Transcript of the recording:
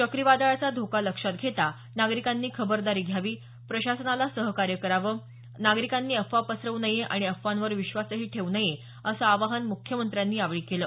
चक्रीवादळाचा धोका लक्षात घेता नागरिकांनी खबरदारी घ्यावी प्रशासनाला सहकार्य करावं नागरिकांनी अफवा पसरव् नये आणि अफवांवर विश्वास ठेऊ नये असं आवाहन मुख्यमंत्र्यांनी यावेळी केलं